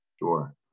sure